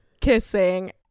kissing